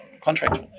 contract